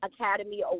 Academy